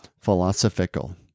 Philosophical